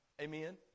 Amen